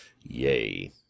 Yay